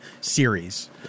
series